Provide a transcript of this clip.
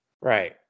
Right